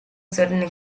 certain